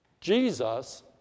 Jesus